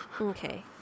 Okay